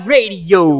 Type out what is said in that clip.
Radio